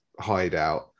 hideout